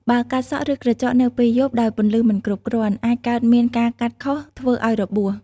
បើកាត់សក់ ឬក្រចកនៅពេលយប់ ដោយពន្លឺមិនគ្រប់គ្រាន់ អាចកើតមានការកាត់ខុស ធ្វើឲ្យរបួស ។